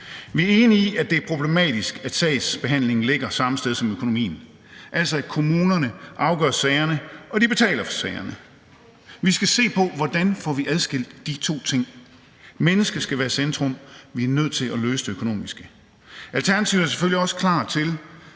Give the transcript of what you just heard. Vi er enige i, at det er problematisk, at sagsbehandlingen ligger samme sted som økonomien, altså at kommunerne afgør sagerne og betaler for sagerne. Vi skal se på, hvordan vi får adskilt de to ting. Mennesket skal være i centrum, og vi er nødt til at løse det økonomiske. Alternativet er selvfølgelig også klar til